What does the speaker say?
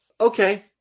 okay